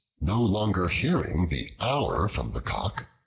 no longer hearing the hour from the cock,